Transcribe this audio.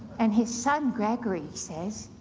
and his son gregory says,